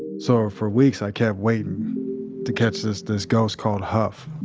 so for weeks i kept waiting to catch this this ghost called huff,